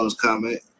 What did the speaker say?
comment